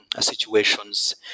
situations